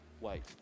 Wait